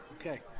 Okay